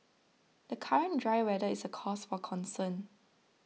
the current dry weather is a cause for concern